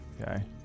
Okay